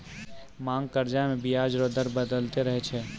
मांग कर्जा मे बियाज रो दर बदलते रहै छै